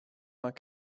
vingt